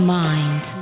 mind